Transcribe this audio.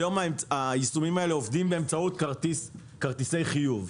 היום היישומים האלה עובדים באמצעות כרטיסי חיוב.